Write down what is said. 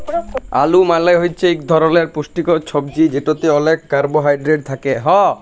আলু মালে হছে ইক ধরলের পুষ্টিকর ছবজি যেটতে অলেক কারবোহায়ডেরেট থ্যাকে